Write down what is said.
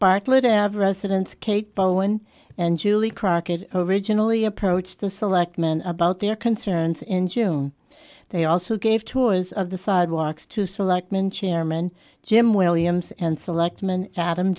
bartlett out of residence kate bowen and julie crockett originally approached the selectmen about their concerns in june they also gave tours of the sidewalks to selectmen chairman jim williams and selectman adam